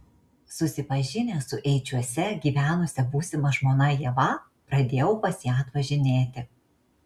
susipažinęs su eičiuose gyvenusia būsima žmona ieva pradėjau pas ją atvažinėti